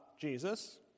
Jesus